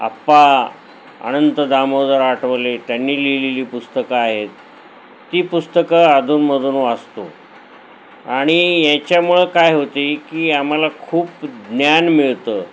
आप्पा अनंत दामोदर आठवले त्यांनी लिहिलेली पुस्तकं आहेत ती पुस्तकं अधूनमधून वाचतो आणि याच्यामुळं काय होते आहे की आम्हाला खूप ज्ञान मिळतं